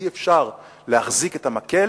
אי-אפשר להחזיק את המקל